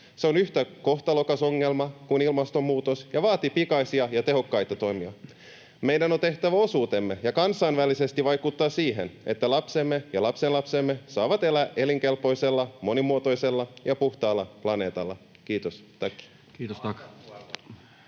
Se on yhtä kohtalokas ongelma kuin ilmastonmuutos ja vaatii pikaisia ja tehokkaita toimia. Meidän on tehtävä osuutemme ja kansainvälisesti vaikuttaa siihen, että lapsemme ja lastenlapsemme saavat elää elinkelpoisella, monimuotoisella ja puhtaalla planeetalla. — Kiitos,